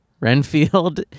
Renfield